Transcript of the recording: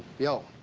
yo.